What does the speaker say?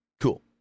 Cool